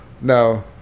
No